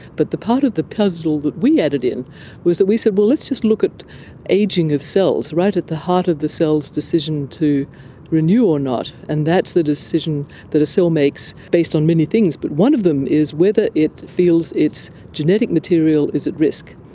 but the part of the puzzle that we added in was that we said, well, let's just look at ageing of cells, right at the heart of the cell's decision to renew or not, and that's the decision that a cell makes based on many things, but one of them is whether it feels its genetic material is at risk.